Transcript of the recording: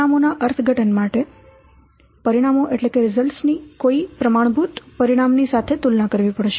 પરિણામો ના અર્થઘટન માટે પરિણામો ની કોઈ પ્રમાણભૂત પરિણામ ની સાથે તુલના કરવી પડશે